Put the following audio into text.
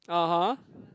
(uh huh)